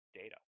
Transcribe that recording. data